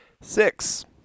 Six